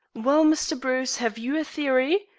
well, mr. bruce, have you a theory?